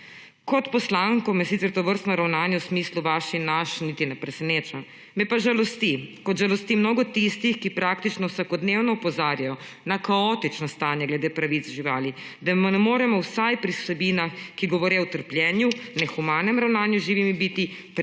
Kot poslanko me sicer tovrstno ravnanje v smislu vaš in naš niti ne preseneča, me pa žalosti, kot žalosti mnogo tistih, ki praktično vsakodnevno opozarjajo na kaotično stanje glede pravic živali, da jim ne moremo vsaj pri vsebinah, ki govore o trpljenju, nehumanem ravnanju z živimi bitji,